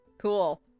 Cool